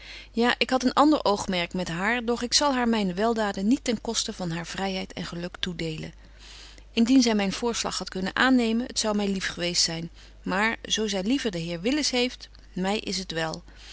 ja ik had een ander oogmerk met haar doch ik zal haar myne weldaden niet ten koste van haar vryheid en geluk toedelen indien zy myn voorslag hadt kunnen aannemen t zou my lief geweest zyn maar zo zy liever den heer willis heeft my is t wel